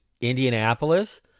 Indianapolis